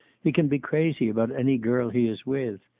he can be crazy about any girl he is with.